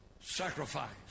sacrifice